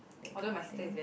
that kind of thing